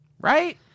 right